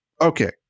Okay